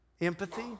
empathy